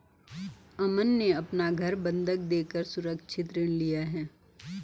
अमन ने अपना घर बंधक देकर सुरक्षित ऋण लिया